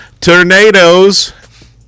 Tornadoes